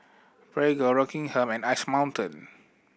Prego Rockingham and Ice Mountain